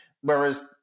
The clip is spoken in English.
whereas